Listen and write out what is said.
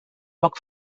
poc